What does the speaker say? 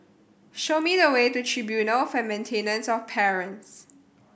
show me the way to Tribunal for Maintenance of Parents